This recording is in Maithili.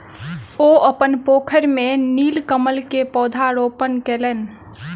ओ अपन पोखैर में नीलकमल के पौधा रोपण कयलैन